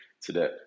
today